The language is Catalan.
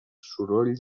soroll